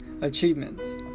achievements